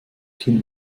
kind